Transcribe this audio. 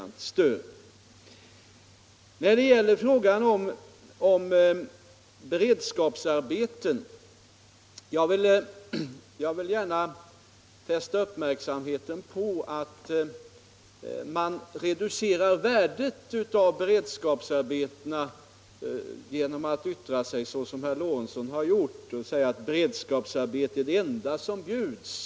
När det gäller frågan om beredskapsarbetena vill jag fästa uppmärksamheten på att värdet av dessa reduceras om man yttrar sig så som herr Lorentzon har gjort och säger att beredskapsarbeten är det enda som bjuds.